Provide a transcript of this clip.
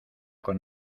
con